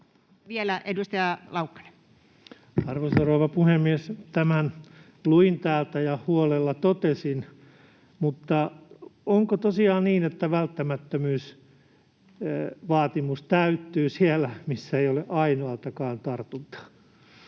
Time: 13:53 Content: Arvoisa rouva puhemies! Tämän luin täältä ja huolella totesin. Mutta onko tosiaan niin, että välttämättömyysvaatimus täyttyy siellä, missä ei ole ainoatakaan tartuntaa?